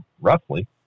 roughly